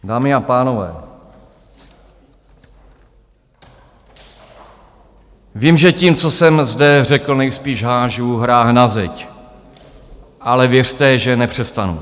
Dámy a pánové, vím, že tím, co jsem zde řekl, nejspíš házím hrách na zeď, ale věřte, že nepřestanu.